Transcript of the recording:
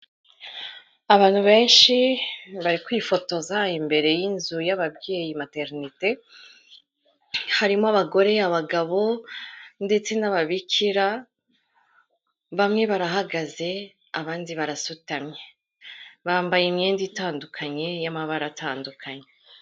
Abantu benshi bari kwifotoza imbere y'inzu y'ababyeyi materinete, harimo abagore, abagabo ndetse n'ababikira, bamwe barahagaze abandi barasutamye, bambaye imyenda itandukanye y'amabara atandukanye.